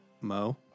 Mo